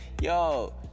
yo